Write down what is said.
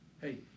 Hey